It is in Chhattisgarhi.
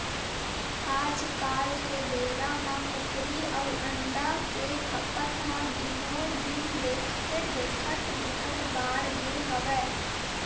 आजकाल के बेरा म कुकरी अउ अंडा के खपत ह दिनो दिन देखथे देखत बिकट बाड़गे हवय